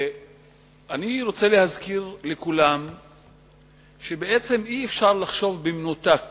אני רוצה להזכיר לכולם שבעצם אי-אפשר לחשוב במנותק